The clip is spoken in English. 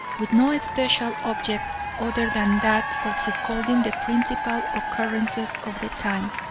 with no special object other than that of recording the principal occurrences of the time.